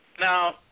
Now